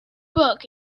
book